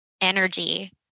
energy